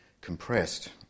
compressed